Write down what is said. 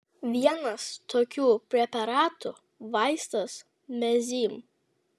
vienas tokių preparatų vaistas mezym